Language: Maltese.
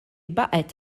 baqgħet